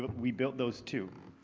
but we built those two.